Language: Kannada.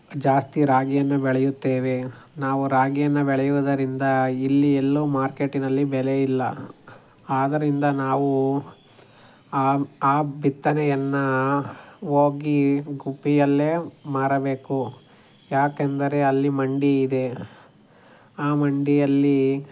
ಜಾಸ್ತಿ ರಾಗಿಯನ್ನು ಬೆಳೆಯುತ್ತೇವೆ ನಾವು ರಾಗಿಯನ್ನು ಬೆಳೆಯುವುದರಿಂದ ಇಲ್ಲಿ ಎಲ್ಲೂ ಮಾರ್ಕೆಟ್ಟಿನಲ್ಲಿ ಬೆಲೆಯಿಲ್ಲ ಆದ್ದರಿಂದ ನಾವು ಆಂ ಆ ಬಿತ್ತನೆಯನ್ನು ಹೋಗಿ ಗುಬ್ಬಿಯಲ್ಲೇ ಮಾರಬೇಕು ಯಾಕೆಂದರೆ ಅಲ್ಲಿ ಮಂಡಿಯಿದೆ ಆ ಮಂಡಿಯಲ್ಲಿ